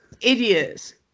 Idiots